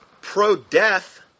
pro-death